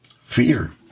Fear